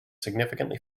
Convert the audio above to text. significantly